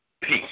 peace